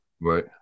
right